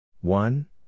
One